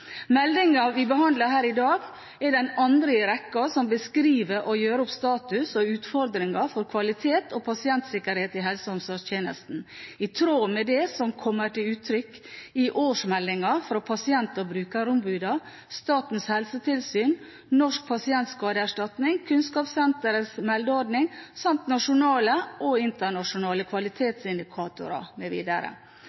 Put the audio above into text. vi behandler her i dag, er den andre i rekken som beskriver utfordringer og gjør opp status for kvalitet og pasientsikkerhet i helse- og omsorgstjenesten, i tråd med det som kommer til uttrykk i årsmeldinger fra pasient- og brukerombudene, Statens helsetilsyn, Norsk pasientskadeerstatning, Kunnskapssenterets meldeordning samt nasjonale og internasjonale